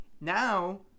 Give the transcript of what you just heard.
Now